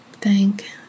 thank